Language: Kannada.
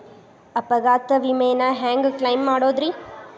ಅಪಘಾತ ವಿಮೆನ ಹ್ಯಾಂಗ್ ಕ್ಲೈಂ ಮಾಡೋದ್ರಿ?